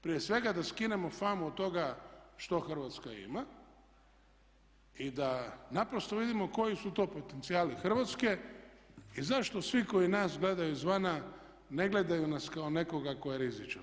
Prije svega da skinemo famu od toga što Hrvatska ima i da naprosto vidimo koji su to potencijali Hrvatske i zašto svi koji nas gledaju izvana ne gledaju nas kao nekoga ko je rizičan?